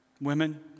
women